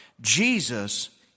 Jesus